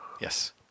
Yes